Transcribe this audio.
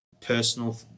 personal